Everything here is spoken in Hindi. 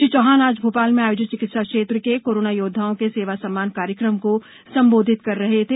श्री चौहान आज भोपाल में आयोजित चिकित्सा क्षेत्र के कोरोना योद्वाओं के सेवा सम्मान कार्यक्रम को संबोधित कर रहे थे